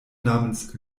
namens